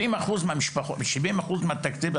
70 אחוז מהתקציב,